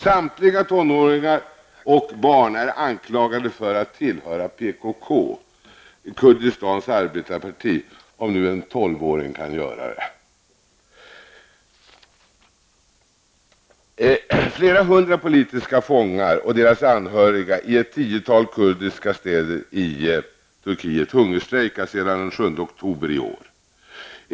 Samtliga tonåringar och barn är anklagade för att tillhöra PKK, Kurdistans arbetarparti. Frågan är om en 12 åring kan göra det. Flera hundra politiska fångar och deras anhöriga i ett tiotal kurdiska städer i Turkiet hungerstrejkar sedan den 7 oktober i år.